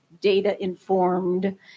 data-informed